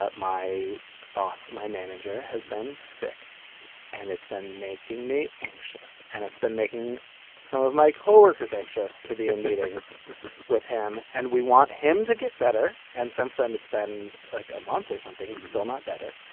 ah my boss, my manager has been sick and it's been making me anxious and it's been making some of my co-workers anxious to be in meetings with him. and we want him to get better. and since then, it's been like a month or something's still not better.